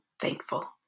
thankful